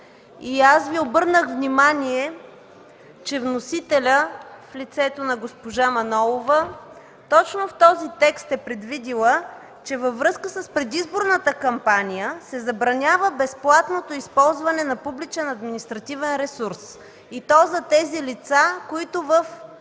Аз Ви обърнах внимание, че вносителят в лицето на госпожа Манолова точно в този текст е предвидила, че във връзка с предизборната кампания се забранява безплатното използване на публичен административен ресурс и то за тези лица, които в